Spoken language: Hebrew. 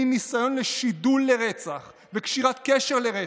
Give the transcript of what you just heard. ניסיון לשידול לרצח וקשירת קשר לרצח,